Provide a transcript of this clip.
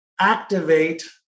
activate